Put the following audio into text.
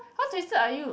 how twisted are you